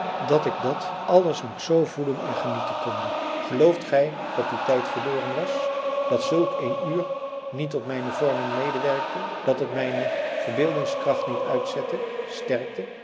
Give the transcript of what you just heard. dat ik dat alles nog zoo voelen en genieten konde gelooft gij dat die tijd verloren was dat zulk een uur niet tot mijne vorming medewerkte dat het mijne verbeeldingskracht niet uitzette sterkte